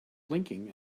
blinking